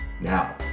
now